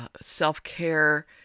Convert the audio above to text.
self-care